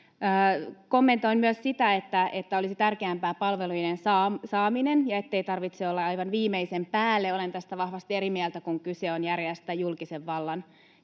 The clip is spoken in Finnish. Kommentoin myös sitä, että palveluiden saaminen olisi tärkeämpää ja ettei tarvitse olla aivan viimeisen päälle: Olen tästä vahvasti eri mieltä. Kun kyse on järjestään julkisen vallan